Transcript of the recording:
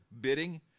bidding